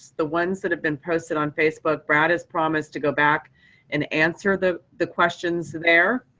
the ones that have been posted on facebook, brad has promised to go back and answer the the questions there.